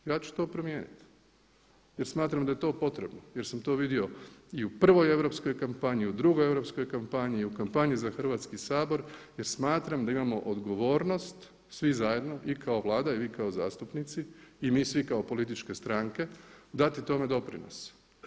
Ja ću to promijeniti jer smatram da je to potrebno jer sam to vidio i u prvoj europskoj kampanji i u drugoj europskoj kampanji i u kampanji za Hrvatski sabor jer smatram da imamo odgovornost svi zajedno i kao Vlada i vi kao zastupnici i mi svi kao političke stranke, dati tome doprinos.